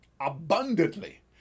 abundantly